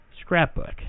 Scrapbook